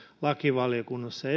lakivaliokunnassa